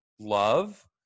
Love